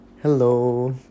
Hello